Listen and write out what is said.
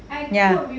ya